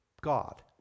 God